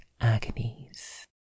agonies